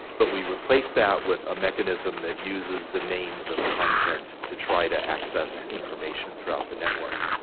but we replace that with a mechanism that uses the names of content to try to access information throughout the network.